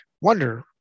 wonder